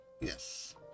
Yes